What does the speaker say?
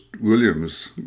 Williams